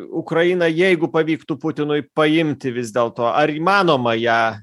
ukrainą jeigu pavyktų putinui paimti vis dėlto ar įmanoma ją